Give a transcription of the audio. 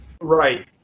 Right